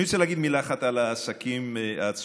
אני רוצה להגיד מילה אחת על העסקים העצמאיים,